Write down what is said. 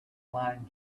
line